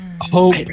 hope